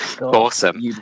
Awesome